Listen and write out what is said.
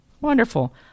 Wonderful